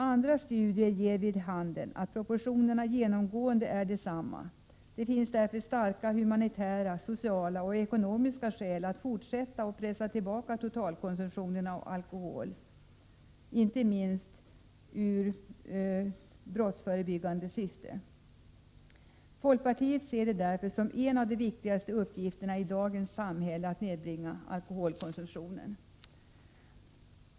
Andra studier ger vid handen att proportionerna genomgående är desamma. Det finns därför starka humanitära, sociala och ekonomiska skäl att fortsätta att pressa tillbaka totalkonsumtionen av alkohol, inte minst i brottsförebyggande syfte. Folkpartiet ser det därför som en av de viktigaste uppgifterna i dagens samhälle att nedbringa alkoholkonsumtionen.